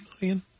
million